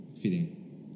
Fitting